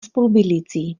spolubydlící